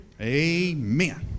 amen